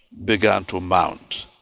began to mount.